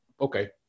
okay